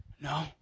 No